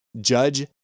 Judge